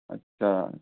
अच्छा